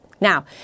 Now